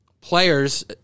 players